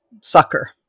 sucker